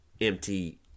empty